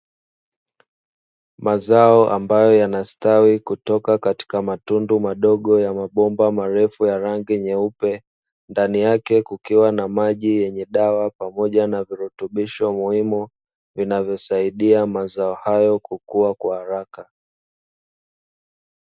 Mazao ambayo yanastawi kutoka katika matundu madogo ya mabomba marefu ya rangi nyeupe, ndani yake kukiwa na maji yenye dawa pamoja na virutubisho muhimu vinavyosaidia mazao hayo kukua kwa haraka.